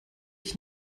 ich